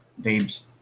babes